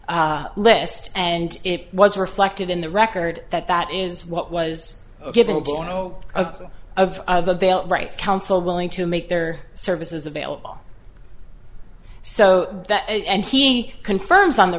list and it was reflected in the record that that is what was given to you know of of of avail right counsel willing to make their services available so that and he confirms on the